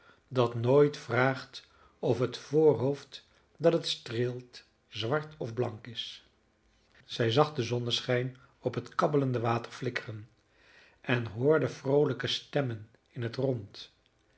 dat nooit vraagt of het voorhoofd dat het streelt zwart of blank is zij zag den zonneschijn op het kabbelende water flikkeren en hoorde vroolijke stemmen in het rond